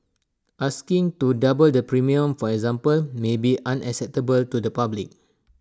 asking to double the premium for example may be unacceptable to the public